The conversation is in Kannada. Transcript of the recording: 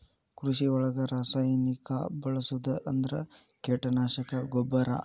ಕೃಷಿ ಒಳಗ ರಾಸಾಯನಿಕಾ ಬಳಸುದ ಅಂದ್ರ ಕೇಟನಾಶಕಾ, ಗೊಬ್ಬರಾ